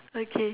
okay